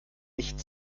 nicht